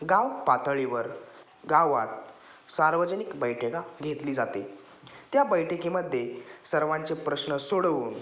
गाव पातळीवर गावात सार्वजनिक बैठका घेतली जाते त्या बैठकीमध्ये सर्वांचे प्रश्न सोडवून